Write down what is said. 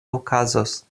okazos